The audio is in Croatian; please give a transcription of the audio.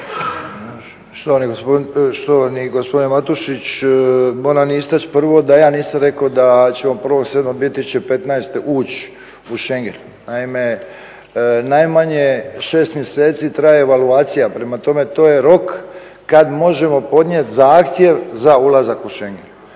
Štovani gospodine Matušić, moram istaći prvo da ja nisam rekao da ćemo 1.7.2015. ući u schengen. Naime, najmanje 6 mjeseci traje evaluacija prema tome to je rok kada možemo podnijeti zahtjev za ulazak u schengen.